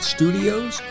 Studios